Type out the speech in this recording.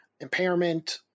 impairment